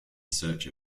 search